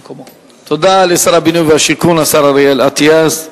תודה לשר הבינוי והשיכון, השר אריאל אטיאס.